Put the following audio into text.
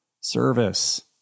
Service